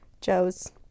Joe's